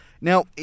Now